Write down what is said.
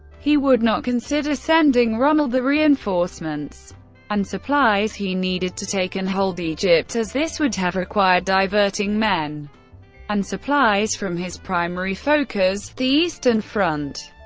he would not consider sending rommel the reinforcements and supplies he needed to take and hold egypt, as this would have required diverting men and supplies from his primary focus the eastern front.